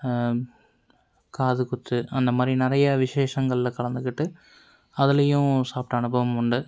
காதுகுத்து அந்த மாதிரி நிறையா விசேஷங்களில் கலந்துகிட்டு அதுலேயும் சாப்பிட்ட அனுபவம் உண்டு